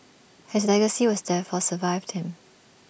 his legacy was therefore survived him